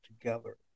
together